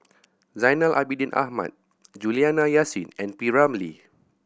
Zainal Abidin Ahmad Juliana Yasin and P Ramlee